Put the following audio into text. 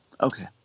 Okay